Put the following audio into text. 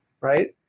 right